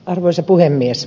arvoisa puhemies